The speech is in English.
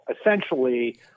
essentially